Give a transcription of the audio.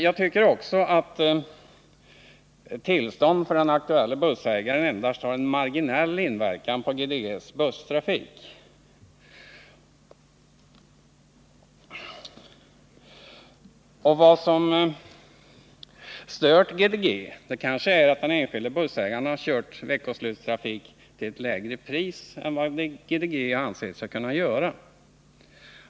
Jag tycker också att tillstånd för den här aktuelle bussägaren endast har en marginell inverkan på GDG:s busstrafik. Vad som stört GDG kanske är att den enskilde bussägaren har kört veckoslutstrafik till ett lägre pris än vad GDG ansett sig kunna göra.